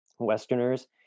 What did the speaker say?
westerners